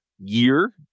year